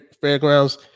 fairgrounds